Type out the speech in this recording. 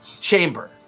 chamber